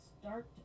start